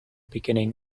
beginning